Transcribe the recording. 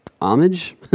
Homage